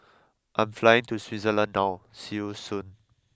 I'm flying to Switzerland now see you soon